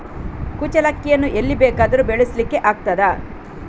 ಕುಚ್ಚಲಕ್ಕಿಯನ್ನು ಎಲ್ಲಿ ಬೇಕಾದರೂ ಬೆಳೆಸ್ಲಿಕ್ಕೆ ಆಗ್ತದ?